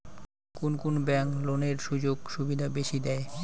কুন কুন ব্যাংক লোনের সুযোগ সুবিধা বেশি দেয়?